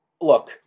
look